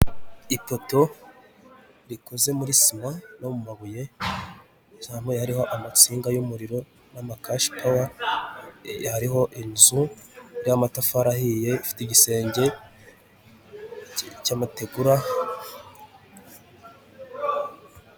Perezida Paul Kagame wambaye umupira w'umukara ufite akadarapo ka efuperi ku ijosi, ndetse n'ingofero y'umukara na rinete afite mu ntoki mikoro ndetse nyuma ye hahagaze ushinzwe umutekano n'abaturage bicaye mu ihema riri inyuma ririho idarapo rya efuperi.